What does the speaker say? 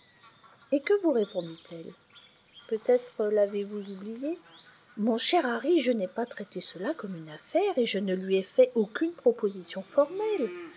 et que vous répondit-elle peut-être l'avez-vous oublié mon cher harry je n'ai pas traité cela comme une affaire et je ne lui ai fait aucune proposition formelle